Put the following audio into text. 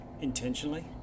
intentionally